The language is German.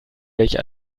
welche